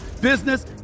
business